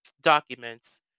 documents